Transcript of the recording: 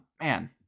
man